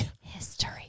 History